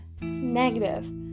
negative